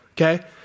okay